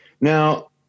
Now